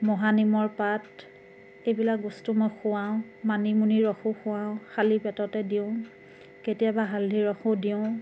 মহানিমৰ পাত এইবিলাক বস্তু মই খুৱাওঁ মানিমুনি ৰসো খুৱাওঁ খালী পেটতে দিওঁ কেতিয়াবা হালধিৰ ৰসো দিওঁ